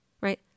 right